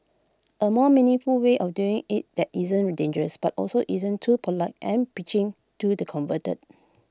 A more meaningful way of doing IT that isn't dangerous but also isn't too polite and preaching to the converted